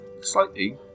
slightly